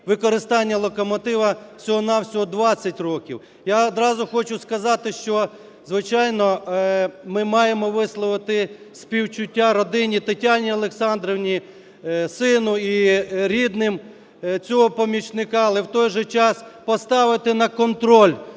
використання локомотива всього-на-всього 20 років. Я одразу хочу сказати, що, звичайно, ми маємо висловити співчуття родині, Тетяні Олександрівні, і сину, і рідним цього помічника. Але в той же час поставити на контроль